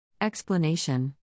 Explanation